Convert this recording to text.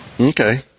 Okay